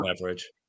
average